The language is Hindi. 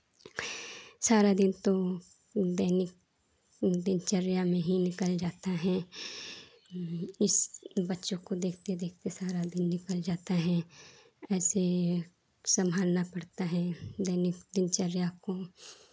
सारा दिन तो वो दैनिक दिनचर्या में ही निकल जाता हैं उस बच्चों को देखते देखते सारा दिन निकल जाता हैं बच्चे ही हैं सम्हालना पड़ता है वो दैनिक दिनचर्या को